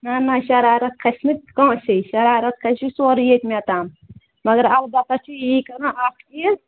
نہ نہ شَرارَت کھسہِ نہٕ کٲنٛسے شَرارتھ کھسہِ یہِ سورُے ییٚتہِ مےٚ تام مگر البتہ چھُ یی کرُن اَکھ چیٖز